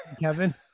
Kevin